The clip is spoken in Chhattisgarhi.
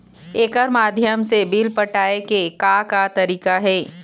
एकर माध्यम से बिल पटाए के का का तरीका हे?